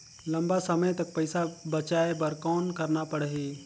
लंबा समय तक पइसा बचाये बर कौन करना पड़ही?